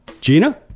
Gina